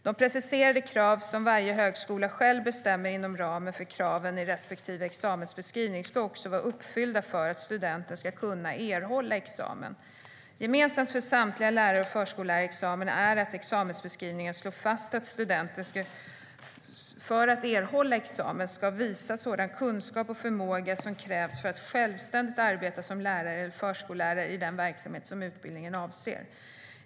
De preciserade krav som varje högskola själv bestämmer inom ramen för kraven i respektive examensbeskrivning ska också vara uppfyllda för att studenten ska kunna erhålla examen. Gemensamt för samtliga lärar och förskollärarexamina är att examensbeskrivningarna slår fast att studenten för att erhålla examen ska visa sådan kunskap och förmåga som krävs för att självständigt arbeta som lärare eller förskollärare i den verksamhet som utbildningen avser.